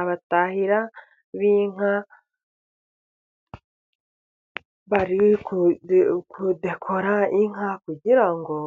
Abatahira b'inka bari kudekora inka kugira ngo